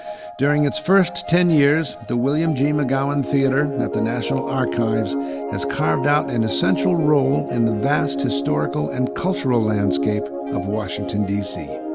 during its first ten years, the william g. mcgowan theatre at the national archives has carved out an essential role in the vast historical and cultural landscape of washington, d c.